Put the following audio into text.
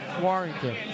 Warrington